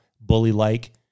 bully-like